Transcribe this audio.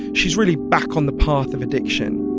she's really back on the path of addiction